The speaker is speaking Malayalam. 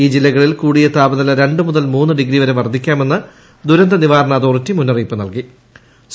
ഈ ജില്ലകളിൽ കൂടിയ താപനില രണ്ട് മുതൽ മൂന്ന് ഡിഗ്രി വരെ വർദ്ധിക്കാമെന്ന് ദുരുന്ത നിവാരണ അതോറിറ്റി മുന്നറിയിപ്പ് നൽകിയിട്ടൂണ്ട്